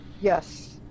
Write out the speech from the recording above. yes